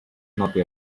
naughty